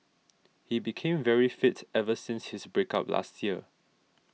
he became very fit ever since his break up last year